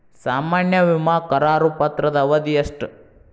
ಸಾಮಾನ್ಯ ವಿಮಾ ಕರಾರು ಪತ್ರದ ಅವಧಿ ಎಷ್ಟ?